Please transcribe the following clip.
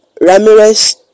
Ramirez